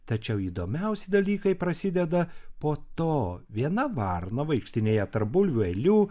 tačiau įdomiausi dalykai prasideda po to viena varna vaikštinėja tarp bulvių eilių